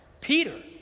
Peter